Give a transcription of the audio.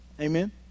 Amen